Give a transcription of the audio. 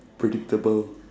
predictable